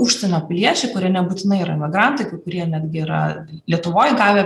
užsienio piliečiai kurie nebūtinai yra migrantai kai kurie netgi yra lietuvoj gavę